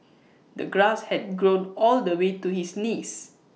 the grass had grown all the way to his knees